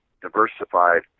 diversified